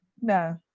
No